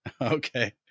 Okay